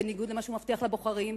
בניגוד למה שהוא מבטיח לבוחרים,